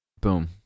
Boom